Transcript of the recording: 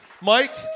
Mike